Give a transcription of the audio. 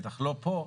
בטח לא פה,